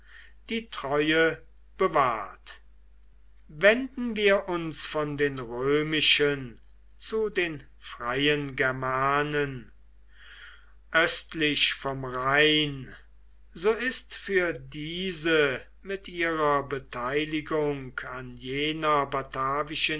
die treue bewahrt wenden wir uns von den römischen zu den freien germanen östlich vom rhein so ist für diese mit ihrer beteiligung an jener